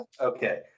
Okay